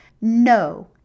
No